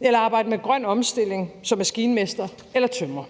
eller arbejde med grøn omstilling som maskinmester eller tømrer.